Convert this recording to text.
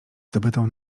zdobytą